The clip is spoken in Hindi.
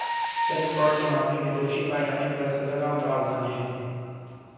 चेक फ्रॉड के मामले में दोषी पाए जाने पर सजा का प्रावधान है